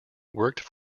worked